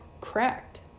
cracked